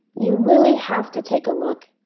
you really have to take a look